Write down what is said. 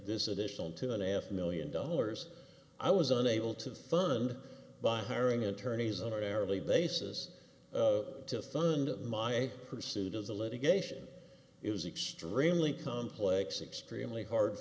this additional two and a half million dollars i was unable to fund by hiring attorneys that are terribly basis to fund my pursuit of the litigation it was extremely complex extremely hard